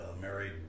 married